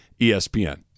ESPN